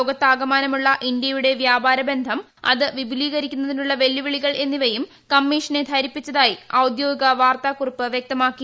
ലോകത്താകമാനമുള്ള ഇന്ത്യയുടെ വ്യാപാര ബന്ധം അത് വിപുലീകരിക്കുന്നതിനുള്ള വെല്ലുവിളികൾ എന്നിവയും കമ്മിഷനെ ധരിപ്പിച്ചതായി ഔദ്യോഗിക വാർത്താക്കുറിപ്പ് വൃക്തമാക്കി